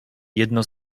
jedno